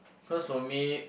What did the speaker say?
cause for me